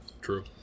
true